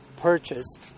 purchased